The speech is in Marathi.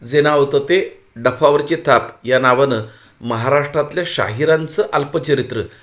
जे नाव होतं ते डफावरची थाप या नावानं महाराष्ट्रातल्या शाहिरांचं अल्पचरित्र